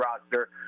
roster